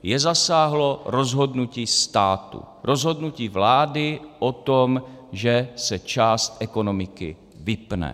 Je zasáhlo rozhodnutí státu, rozhodnutí vlády o tom, že se část ekonomiky vypne.